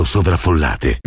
Sovraffollate